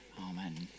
Amen